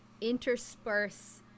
intersperse